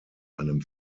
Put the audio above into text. einem